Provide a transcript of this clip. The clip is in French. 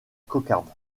cocarde